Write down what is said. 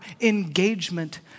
engagement